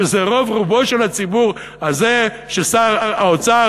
שזה רוב רובו של הציבור הזה ששר האוצר